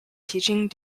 teaching